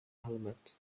helmet